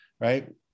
right